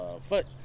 foot